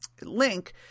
link